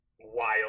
wild